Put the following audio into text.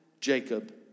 Jacob